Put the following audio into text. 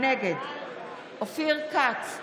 נגד אופיר כץ,